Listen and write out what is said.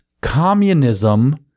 communism